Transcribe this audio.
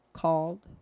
called